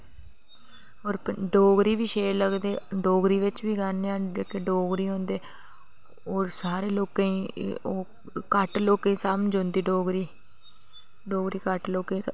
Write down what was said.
होर डोगरी बी शैल लगदे डोगरी बिच बी गान्ने आं जेह्के डोगरी होंदे ओह् सारे लोकें ई ओह् घट्ट लोकें ई समझ औंदी डोगरी डोगरी घट्ट लोकें ई